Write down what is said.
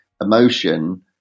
emotion